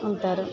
ಅಂತಾರ